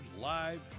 live